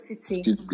City